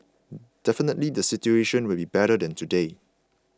definitely the situation will be better than today